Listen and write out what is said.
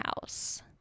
house